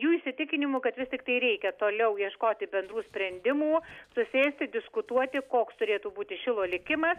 jų įsitikinimu kad vis tiktai reikia toliau ieškoti bendrų sprendimų susėsti diskutuoti koks turėtų būti šilo likimas